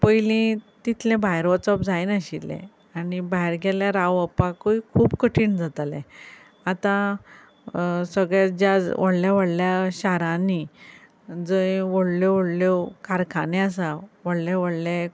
पयलीं तितलें भायर वचप जायनाशिल्लें आनी भायर गेल्यार रावपाकय खूब कठीण जातालें आतां सगळे ज्या व्हडल्या व्हडल्या शारांनी जंय व्हडल्यो व्हडल्यो कारखाने आसा व्हडले व्हडले